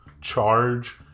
charge